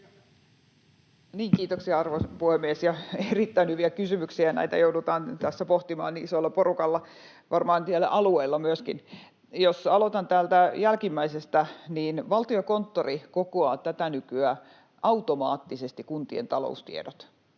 Kiitoksia, arvoisa puhemies! Erittäin hyviä kysymyksiä, näitä joudutaan tässä pohtimaan isolla porukalla varmaan myöskin siellä alueilla. Jos aloitan jälkimmäisestä: Valtiokonttori kokoaa tätä nykyä automaattisesti kuntien taloustiedot,